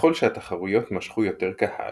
ככל שהתחרויות משכו יותר קהל,